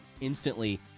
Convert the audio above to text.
instantly